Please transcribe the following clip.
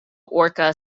orca